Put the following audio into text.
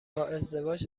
ازدواج